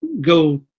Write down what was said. go